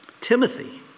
Timothy